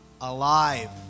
alive